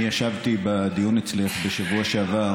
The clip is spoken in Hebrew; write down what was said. אני ישבתי בדיון אצלך בשבוע שעבר